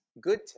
good